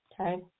Okay